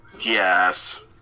Yes